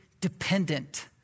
dependent